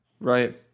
Right